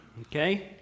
Okay